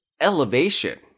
elevation